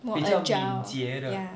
more agile ya